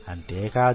అంతే కాదు